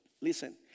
Listen